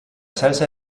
salsa